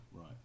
Right